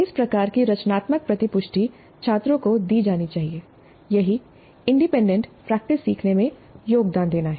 इस प्रकार की रचनात्मक प्रतिपुष्टि छात्रों को दी जानी चाहिए यदि इंडिपेंडेंट प्रैक्टिस सीखने में योगदान देना है